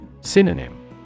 Synonym